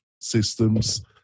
systems